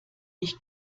ich